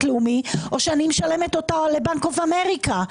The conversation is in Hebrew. לאומי או שאני משלמת אותה לבנק אוף אמריקה?